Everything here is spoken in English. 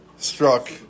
Struck